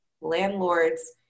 landlords